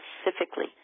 specifically